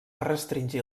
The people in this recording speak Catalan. restringir